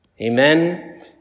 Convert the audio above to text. Amen